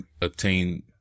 obtain